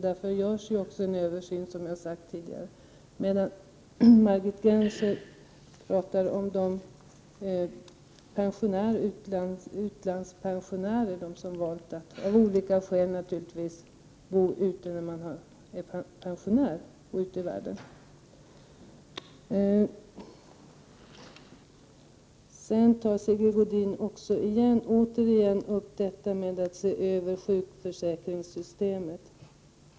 Därför görs också en översyn, som jag tidigare sagt. Margit Gennser talar om människor som av olika skäl har valt att som pensionärer bo utomlands. Sigge Godin tar återigen upp frågan om en översyn av sjukförsäkringssystemet.